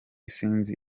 sinzi